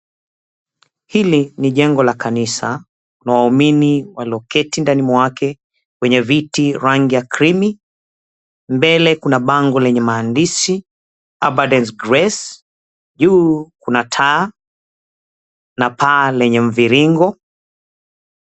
Hili ni jengo la kanisa, kuna waumini waloketi ndani mwake kwenye viti rangi ya creamy , mbele kuna bango lenye maandishi, "Abundant Grace". Juu kuna taa na paa lenye mviringo.